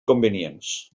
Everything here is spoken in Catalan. convenients